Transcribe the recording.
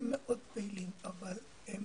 הם מאוד פעילים אבל הם